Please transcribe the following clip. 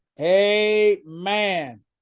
amen